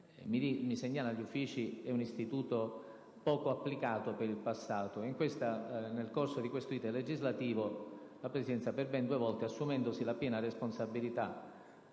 mi segnalano gli Uffici, è stato poco applicato in passato. Nel corso di questo *iter* legislativo la Presidenza, per ben due volte, assumendosene la piena responsabilità,